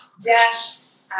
deaths